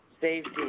Safety